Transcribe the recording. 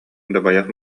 дабайах